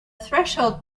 threshold